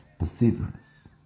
Perseverance